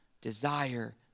desire